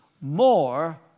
more